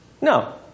No